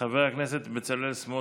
חבר הכנסת בצלאל סמוטריץ',